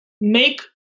make